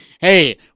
Hey